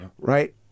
right